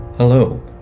Hello